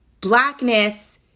Blackness